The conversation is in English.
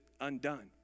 undone